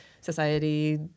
Society